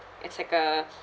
it's like a